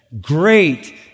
great